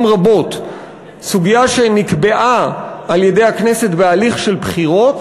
רבות סוגיה שנקבעה על-ידי הכנסת בהליך של בחירות,